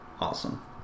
awesome